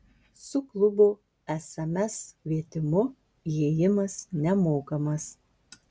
su klubo sms kvietimu įėjimas nemokamas